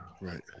right